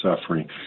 suffering